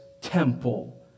temple